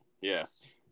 Yes